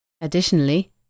Additionally